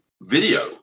video